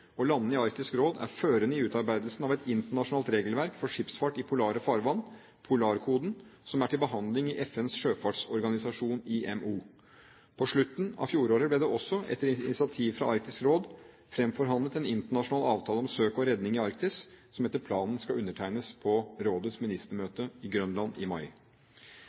og landene i Arktisk Råd er førende i utarbeidelsen av et internasjonalt regelverk for skipsfart i polare farvann, Polarkoden, som er til behandling i FNs sjøfartsorganisasjon, IMO. På slutten av fjoråret ble det også – etter initiativ fra Arktisk Råd – fremforhandlet en internasjonal avtale om søk og redning i Arktis, som etter planen skal undertegnes på rådets ministermøte på Grønland i mai.